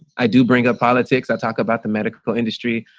i do bring up politics, i talk about the medical industry.